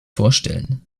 vorstellen